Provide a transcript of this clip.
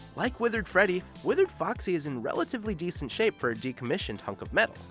like withered freddy, withered foxy is in relatively decent shape for a decommissioned hunk of metal.